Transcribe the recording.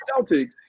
Celtics